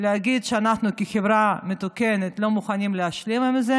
להגיד שאנחנו כחברה מתוקנת לא מוכנים להשלים עם זה.